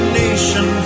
nation